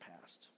past